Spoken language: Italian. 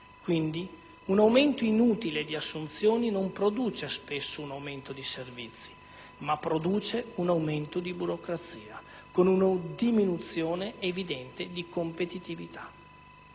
un aumento inutile di assunzioni spesso non produce un aumento di servizi, bensì un aumento di burocrazia, con una diminuzione evidente di competitività.